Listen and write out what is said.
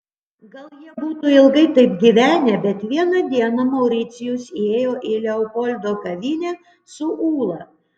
gal jie būtų ilgai taip gyvenę bet vieną dieną mauricijus įėjo į leopoldo kavinę su ula